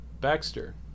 Baxter